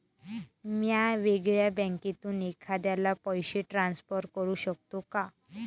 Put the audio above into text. म्या वेगळ्या बँकेतून एखाद्याला पैसे ट्रान्सफर करू शकतो का?